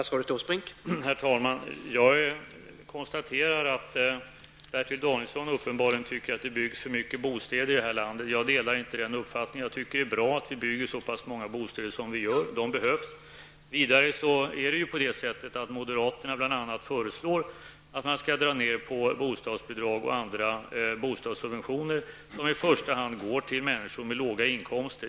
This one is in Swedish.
Herr talman! Jag konstaterar att Bertil Danielsson uppenbarligen tycker att det byggs för mycket bostäder i detta land. Jag delar inte den uppfattningen. Jag tycker det är bra att vi bygger så pass många bostäder som vi gör. De behövs. Vidare föreslår bl.a. moderaterna att man skall dra ner på bostadsbidrag och andra bostadssubventioner som i första hand går till människor med låga inkomster.